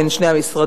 בין שני המשרדים,